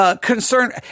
Concern